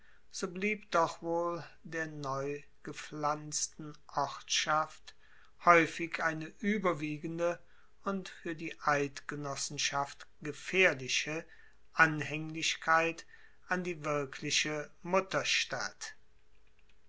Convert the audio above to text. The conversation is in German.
so blieb doch wohl der neugepflanzten ortschaft haeufig eine ueberwiegende und fuer die eidgenossenschaft gefaehrliche anhaenglichkeit an die wirkliche mutterstadt